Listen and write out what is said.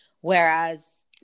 whereas